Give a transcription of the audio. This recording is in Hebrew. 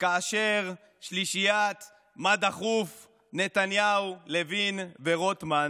כאשר שלישיית "מה דחוף" נתניהו, לוין ורוטמן,